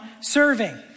serving